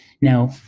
Now